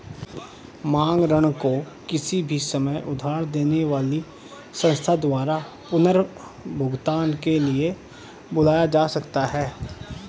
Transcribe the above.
मांग ऋण को किसी भी समय उधार देने वाली संस्था द्वारा पुनर्भुगतान के लिए बुलाया जा सकता है